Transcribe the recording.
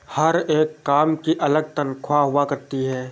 हर एक काम की अलग तन्ख्वाह हुआ करती है